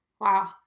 Wow